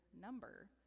number